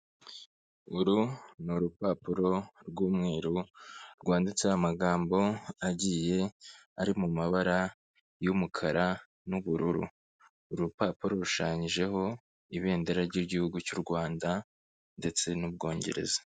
Uru ni urupapuro rw'umweru, rwanditseho amagambo agiye ari mu mabara y'umukara n'ubururu. Uru rupapuro rushushanyijeho ibendera ry'igihugu cy'u Rwanda ndetse n'Ubwongereza.